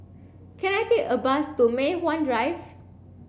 can I take a bus to Mei Hwan Drive